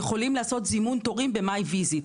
כך שהם יוכלו לעשות זימון תורים ב-My Visit,